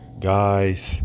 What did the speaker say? guys